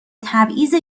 تبعیض